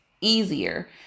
easier